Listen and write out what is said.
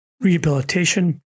rehabilitation